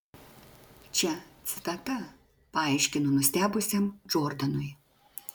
čia citata paaiškino nustebusiam džordanui